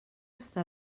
està